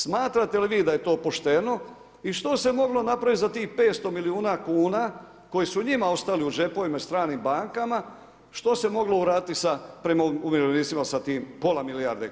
Smatrate li vi da je to pošteno i što se moglo napraviti za tih 500 milijuna kuna koje su njima ostali u džepovima i stranim bankama, što se moglo uraditi sa tim, prema umirovljenicima sa tim pola milijarde kuna?